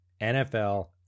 NFL